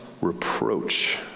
reproach